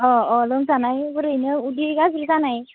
अ अ लोमजानाय ओरैनो उदै गाज्रि जानाय